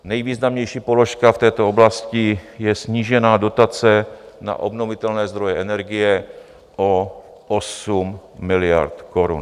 Nejvýznamnější položka v této oblasti je snížená dotace na obnovitelné zdroje energie o 8 miliard korun.